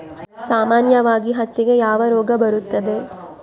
ಸಾಮಾನ್ಯವಾಗಿ ಹತ್ತಿಗೆ ಯಾವ ರೋಗ ಬರುತ್ತದೆ?